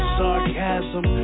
sarcasm